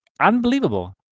unbelievable